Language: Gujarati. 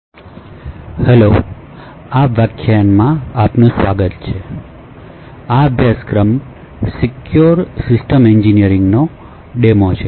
I હેલો અને આ વ્યાખ્યાનમાં આપનું સ્વાગત છે આ અભ્યાસક્રમ સિક્યોર સિસ્ટમ એંજીન્યરિંગનો ડેમો છે